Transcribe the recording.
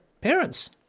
parents